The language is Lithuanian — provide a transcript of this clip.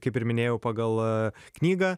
kaip ir minėjau pagal knygą